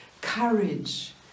courage